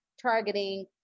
targeting